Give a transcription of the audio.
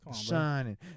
shining